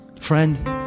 Friend